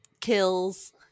kills